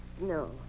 No